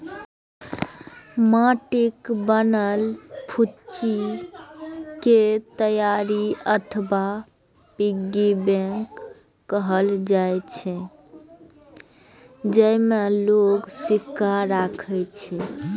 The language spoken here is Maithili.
माटिक बनल फुच्ची कें तिजौरी अथवा पिग्गी बैंक कहल जाइ छै, जेइमे लोग सिक्का राखै छै